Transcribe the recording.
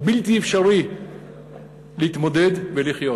בלתי אפשרי להתמודד ולחיות.